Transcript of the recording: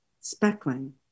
speckling